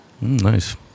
Nice